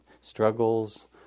struggles